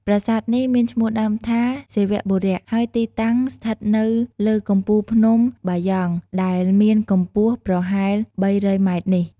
ប្រាសាទនេះមានឈ្មោះដើមថា សិវបុរ ហើយទីតាំងស្ថិតនៅលើកំពូលភ្នំបាយ៉ង់ ដែលមានកម្ពស់ប្រហែល ៣០០ម៉ែត្រនេះ។